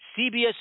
CBS